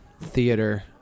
theater